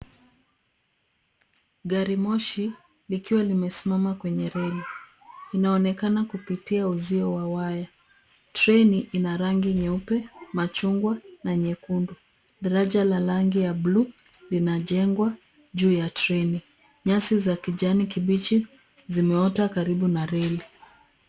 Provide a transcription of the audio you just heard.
Gari moshi likiwa limesimama kwenye reli. Inaonekana kupitia uzio wa waya. Treni ina rangi nyeupe, machungwa na nyekundu. Daraja la rangi ya bluu linajengwa juu ya treni. Nyasi za kijani kibichi zimeota karibu na reli.